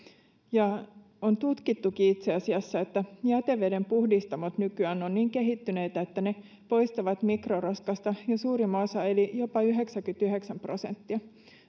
on tutkittukin itse asiassa että jätevedenpuhdistamot nykyään ovat niin kehittyneitä että ne poistavat mikroroskasta jo suurimman osan eli jopa yhdeksänkymmentäyhdeksän prosenttia